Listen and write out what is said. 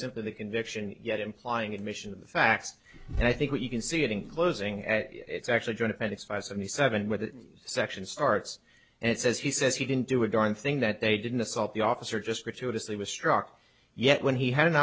simply the conviction yet implying admission of the facts and i think that you can see it in closing at its actually join appendix five seventy seven with section starts and it says he says he didn't do a darn thing that they didn't assault the officer just gratuitously was struck yet when he had an